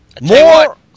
More